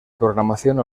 programación